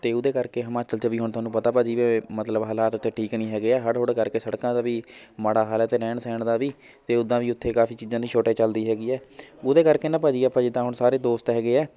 ਅਤੇ ਉਹਦੇ ਕਰਕੇ ਹਿਮਾਚਲ 'ਚ ਵੀ ਹੁਣ ਤੁਹਾਨੂੰ ਪਤਾ ਭਾਅ ਜੀ ਵੀ ਮਤਲਬ ਹਾਲਾਤ ਉੱਥੇ ਠੀਕ ਨਹੀਂ ਹੈਗੇ ਹੈ ਹੜ੍ਹ ਹੁੜ੍ਹ ਕਰਕੇ ਸੜਕਾਂ ਦਾ ਵੀ ਮਾੜਾ ਹਾਲ ਹੈ ਅਤੇ ਰਹਿਣ ਸਹਿਣ ਦਾ ਵੀ ਅਤੇ ਉੱਦਾਂ ਵੀ ਉੱਥੇ ਕਾਫੀ ਚੀਜ਼ਾਂ ਦੀ ਸੋਰਟੇਜ ਚੱਲਦੀ ਹੈਗੀ ਹੈ ਉਹਦੇ ਕਰਕੇ ਨਾ ਭਾਅ ਜੀ ਆਪਾਂ ਜਿੱਦਾਂ ਹੁਣ ਸਾਰੇ ਦੋਸਤ ਹੈਗੇ ਹੈ